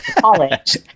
college